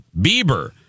Bieber